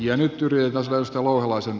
ja nyt tyryntasoista louhelaisen